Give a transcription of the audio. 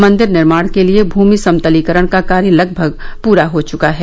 मंदिर निर्माण के लिए भूमि समतलीकरण का कार्य लगभग पूरा हो चुका है